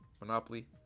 monopoly